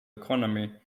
economy